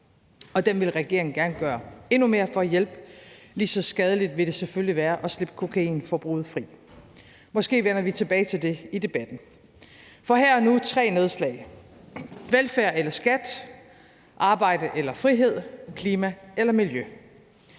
og dem vil regeringen gerne gøre endnu mere for at hjælpe – lige så skadeligt vil det selvfølgelig være at slippe kokainforbruget fri. Måske vender vi tilbage til det i debatten. For her og nu vil jeg lave tre nedslag: Velfærd eller skat? Arbejde eller frihed? Klima eller miljø?